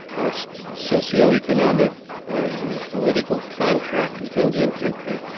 our socioeconomic and political contract with indian country,